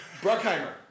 Bruckheimer